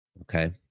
okay